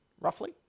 Roughly